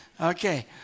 Okay